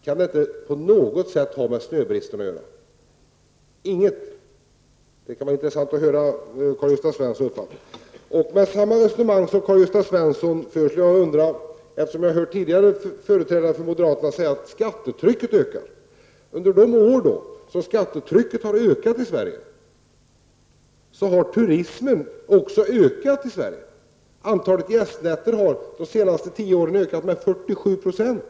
Kan det inte på något sätt ha med snöbristen att göra? Det kan vara intressant att höra Karl-Gösta Svensons uppfattning. Jag har tidigare hört företrädare för moderaterna säga att skattetrycket ökar. Men under de år som skattetrycket har ökat i Sverige har turismen i Sverige också ökat. Antalet gästnätter under de senaste tio åren har ökat med 47 %.